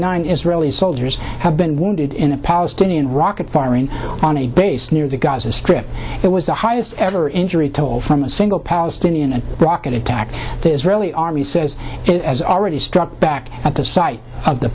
nine israeli soldiers have been wounded in a palestinian rocket firing on a base near the gaza strip it was the highest ever injury toll from a single palestinian rocket attack the israeli army says it has already struck back at the site of the